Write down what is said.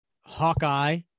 Hawkeye